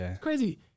Crazy